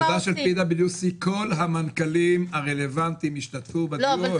בעבודה של PwC כל המנכ"לים הרלוונטיים השתתפו בדיון.